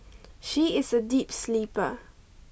she is a deep sleeper